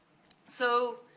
so,